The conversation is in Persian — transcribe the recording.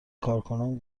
کارکنان